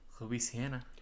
Louisiana